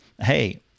Hey